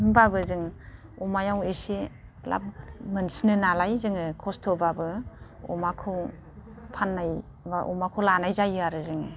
होनबाबो जों अमायाव एसे लाब मोनसिनो नालाय जोङो खस्थ'बाबो अमाखौ फाननाय बा अमाखौ लानाय जायो आरो जोङो